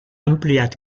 ampliat